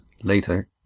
later